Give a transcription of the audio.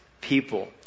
people